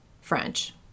French